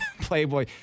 Playboy